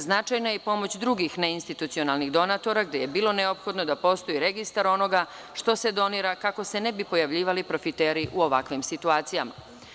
Značajna je i pomoć drugih neinstitucionalnih donatora gde je bilo neophodno da postoji registar onoga što se donira kako se ne bi pojavljivali profiteri u ovakvim situacijama.